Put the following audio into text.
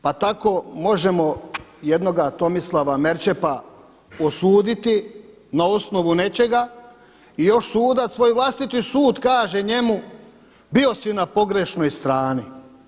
Pa tako možemo jednoga Tomislava Merčepa osuditi na osnovu nečega i još sudac svoj vlastiti sud kaže njemu bio si na pogrešnoj strani.